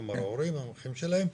כלומר ההורים והאחים שלהם.